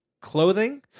clothing